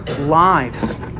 lives